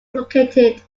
located